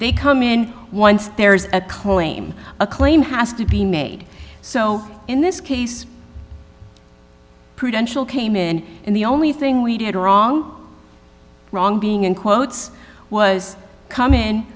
they come in once there is a claim a claim has to be made so in this case prudential came in and the only thing we did wrong wrong being in quotes was com